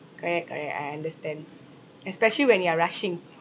correct correct I understand especially when you are rushing